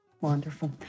wonderful